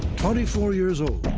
twenty four years old,